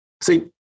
see